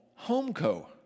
Homeco